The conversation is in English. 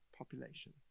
population